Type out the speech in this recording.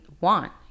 want